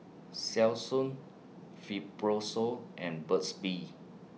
Selsun Fibrosol and Burt's Bee